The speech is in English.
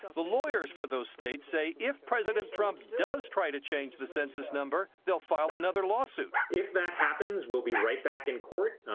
the lawyers for those states say if president trump does try to change the census number they'll file another lawsuit. if that happens we'll be right back in court.